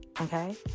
Okay